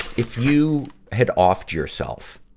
if you had offed yourself,